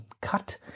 cut